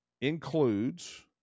includes